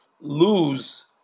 lose